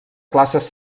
classes